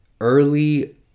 early